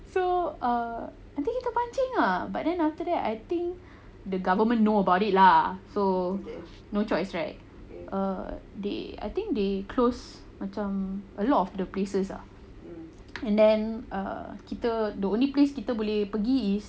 so err I think kita pancing ah but then after that I think the government know about it lah so no choice right err they I think they close macam a lot of the places ah and then err kita the only place kita boleh pergi is